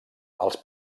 els